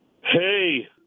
Hey